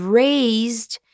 raised